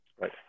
Right